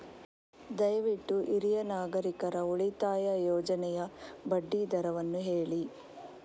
ದಯವಿಟ್ಟು ಹಿರಿಯ ನಾಗರಿಕರ ಉಳಿತಾಯ ಯೋಜನೆಯ ಬಡ್ಡಿ ದರವನ್ನು ಹೇಳಿ